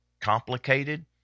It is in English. complicated